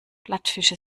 plattfische